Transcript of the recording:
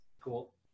Cool